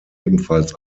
ebenfalls